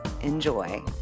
Enjoy